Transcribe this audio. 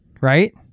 right